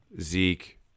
Zeke